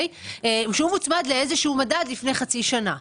שהוא מוצמד לאיזה שהוא מדד לפני חצי שנה.